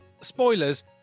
spoilers